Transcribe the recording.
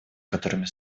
которыми